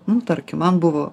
nu tarkim man buvo